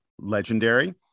legendary